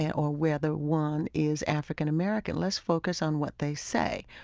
yeah or whether one is african-american. let's focus on what they say,